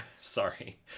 sorry